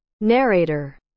Narrator